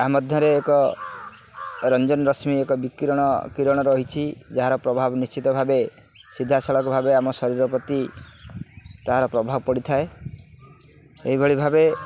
ତାହା ମଧ୍ୟରେ ଏକ ରଞ୍ଜନ ରଶ୍ମୀ ଏକ ବିକରଣ କିରଣ ରହିଛି ଯାହାର ପ୍ରଭାବ ନିଶ୍ଚିତ ଭାବେ ସିଧାସଳକ ଭାବେ ଆମ ଶରୀର ପ୍ରତି ତାହାର ପ୍ରଭାବ ପଡ଼ିଥାଏ ଏହିଭଳି ଭାବେ